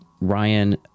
Ryan